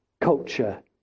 culture